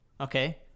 Okay